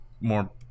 more